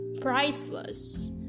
priceless